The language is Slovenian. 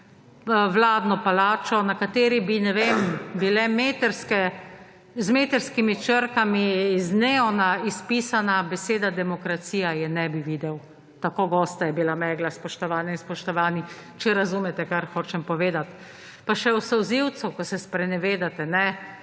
vladno palačo, na kateri bi, ne vem, bila z metrskimi črkami iz neona izpisana beseda demokracija, je ne bi videl. Tako gosta je bila megla, spoštovane in spoštovani, če razumete kar hočem povedati? Pa še o solzivcu, ko se sprenevedate,